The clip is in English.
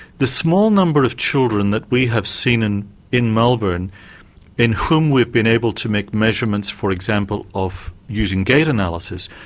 the small number of children that we have seen in in melbourne in whom we've been able to make measurements, for example, of using gait analysis,